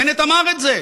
בנט אמר את זה.